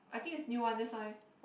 I think is new one that's why